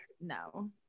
no